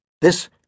This